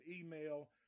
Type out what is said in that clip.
email